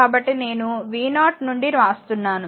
కాబట్టి నేను v0 నుండి వ్రాస్తున్నాను